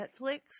Netflix